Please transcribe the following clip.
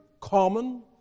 common